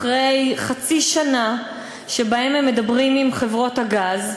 אחרי חצי שנה שבה הם מדברים עם חברות הגז,